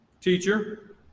teacher